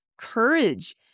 courage